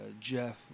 Jeff